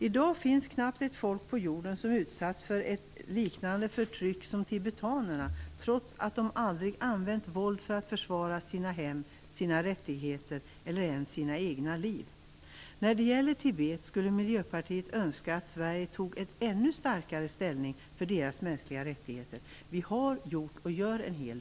I dag finns knappt ett folk på jorden som utsatts för ett liknande förtryck som tibetanernas, trots att de aldrig använt våld för att försvara sina hem, sina rättigheter eller ens sina egna liv. När det gäller människorna i Tibet har vi gjort och gör en hel del, men Miljöpartiet skulle önska att Sverige tog ännu starkare ställning för deras mänskliga rättigheter.